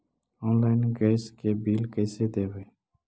Online gas के bill कैसे देबै?